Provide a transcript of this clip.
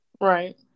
Right